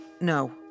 No